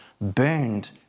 burned